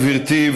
גברתי,